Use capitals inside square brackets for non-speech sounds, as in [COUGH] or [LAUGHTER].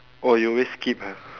oh you always skip !huh! [LAUGHS]